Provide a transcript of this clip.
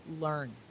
learn